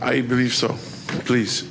i believe so please